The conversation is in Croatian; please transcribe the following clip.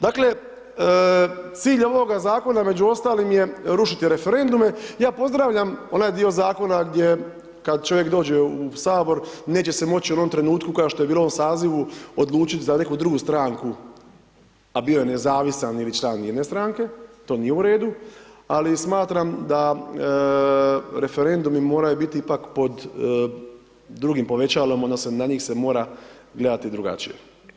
Dakle, cilj ovoga Zakona, među ostalima je rušiti referendume, ja pozdravljam onaj dio Zakona gdje kad čovjek dođe u sabor neće se moć u onom trenutku kao što je bilo u ovom sazivu odlučit za neku drugu stranku, a bio je nezavisan ili član jedne stranke, to nije u redu, ali smatram da referendumi moraju biti ipak pod drugim povećalom odnosno na njih se mora gledati drugačije.